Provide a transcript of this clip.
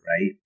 right